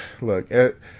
look